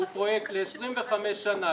שהוא פרויקט ל-25 שנה,